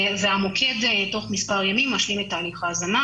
והמוקד תוך מספר ימים משלים את תהליך ההזנה.